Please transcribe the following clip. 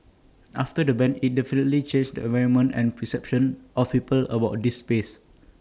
after the ban IT definitely changed the environment and perception of people about this space